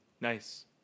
Nice